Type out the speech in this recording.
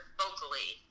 vocally